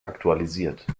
aktualisiert